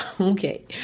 Okay